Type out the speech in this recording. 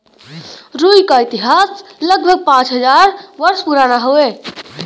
रुई क इतिहास लगभग पाँच हज़ार वर्ष पुराना हउवे